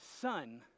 son